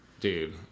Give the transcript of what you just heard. Dude